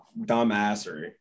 dumbassery